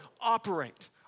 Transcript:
operate